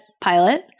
pilot